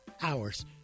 hours